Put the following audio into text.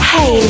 Hey